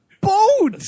boat